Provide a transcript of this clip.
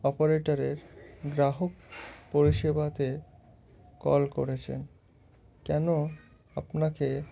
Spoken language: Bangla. অপারেটরের গ্রাহক পরিষেবাতে কল করেছেন কেন আপনাকে